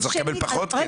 אתה צריך לקבל פחות כסף.